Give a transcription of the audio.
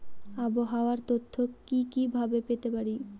আবহাওয়ার তথ্য কি কি ভাবে পেতে পারি?